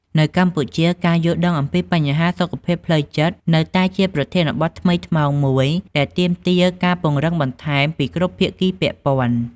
នៅកម្ពុជា ការយល់ដឹងអំពីបញ្ហាសុខភាពផ្លូវចិត្តនៅតែជាប្រធានបទថ្មីថ្មោងមួយដែលទាមទារការពង្រឹងបន្ថែមពីគ្រប់ភាគីពាក់ព័ន្ធ។